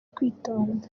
kwitonda